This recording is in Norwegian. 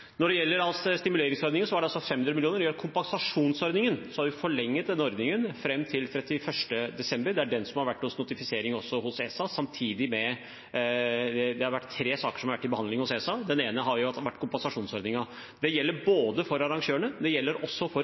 Stimuleringsordningen var altså på 500 mill. kr. Når det gjelder kompensasjonsordningen, har vi forlenget den ordningen til 31. desember. Det er den som har vært til notifisering hos ESA. Det har vært tre saker til behandling hos ESA. Den ene var kompensasjonsordningen. Den gjelder for både arrangører og underleverandører. For